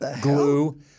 glue